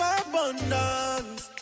abundance